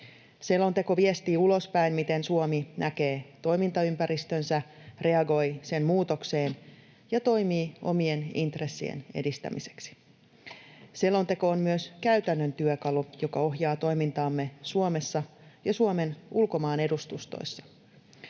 Selonteko viestii ulospäin, miten Suomi näkee toimintaympäristönsä, reagoi siihen muutokseen ja toimii omien intressien edistämiseksi. Selonteko on myös käytännön työkalu, joka ohjaa toimintaamme Suomessa ja Suomen ulkomaanedustustoissa.